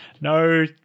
no